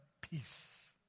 peace